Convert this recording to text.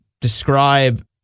describe